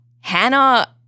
Hannah